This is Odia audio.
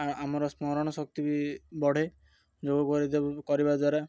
ଆ ଆମର ସ୍ମରଣ ଶକ୍ତି ବି ବଢ଼େ ଯୋଗ କରି କରିବା ଦ୍ୱାରା